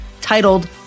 titled